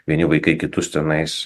vieni vaikai kitus tenais